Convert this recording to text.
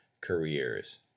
careers